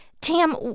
tam,